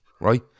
right